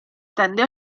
tende